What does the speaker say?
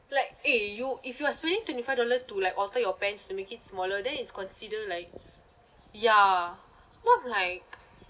like eh you if you are spending twenty five dollar to like alter your pants to make it smaller then it's considered like ya what like